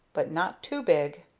but not too big.